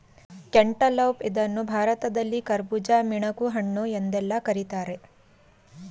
cantaloupe ಇದನ್ನು ಭಾರತದಲ್ಲಿ ಕರ್ಬುಜ, ಮಿಣಕುಹಣ್ಣು ಎಂದೆಲ್ಲಾ ಕರಿತಾರೆ